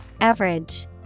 Average